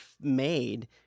made